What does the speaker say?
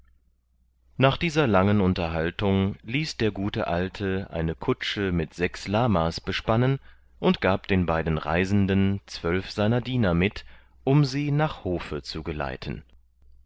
nach dieser langen unterhaltung ließ der gute alte eine kutsche mit sechs lama's bespannen und gab den beiden reisenden zwölf seiner diener mit um sie nach hofe zu geleiten